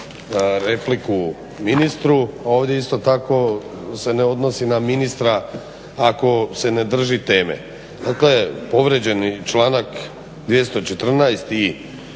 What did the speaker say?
repliku ministru. Ovdje isto tako se ne odnosi na ministra ako se ne drži teme. Dakle, povrijeđen je članak 214.